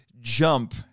jump